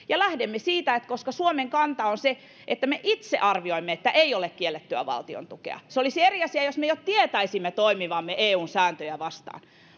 ja lähdemme siitä että suomen kanta on se kuten me itse arvioimme että ei ole kiellettyä valtion tukea se olisi eri asia jos me jo tietäisimme toimivamme eun sääntöjä vastaan